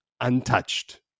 untouched